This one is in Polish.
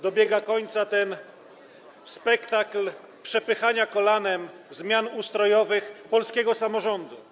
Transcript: Dobiega końca ten spektakl przepychania kolanem zmian ustrojowych polskiego samorządu.